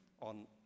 on